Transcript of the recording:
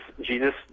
Jesus